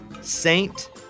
Saint